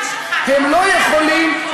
הם לא יכולים,